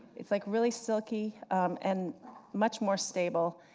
it's like really silky and much more stable,